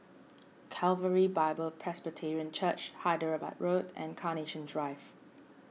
Calvary Bible Presbyterian Church Hyderabad Road and Carnation Drive